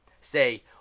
say